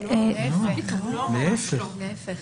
להפך.